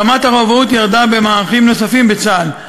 רמת הרובאות ירדה במערכים נוספים בצה"ל.